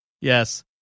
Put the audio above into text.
Yes